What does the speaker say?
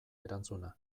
erantzuna